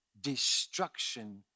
destruction